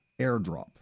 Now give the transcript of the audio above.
Airdrop